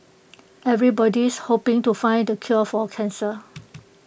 everybody's hoping to find the cure for cancer